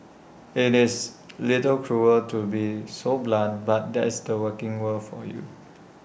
IT is A little cruel to be so blunt but that's the working world for you